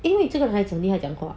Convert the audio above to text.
因为这个孩子没有讲话